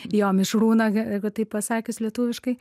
jo mišrūną jeigu taip pasakius lietuviškai